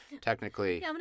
technically